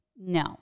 No